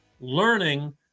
learning